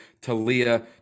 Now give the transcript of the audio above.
Talia